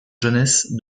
jeunesse